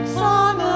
song